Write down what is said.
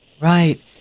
Right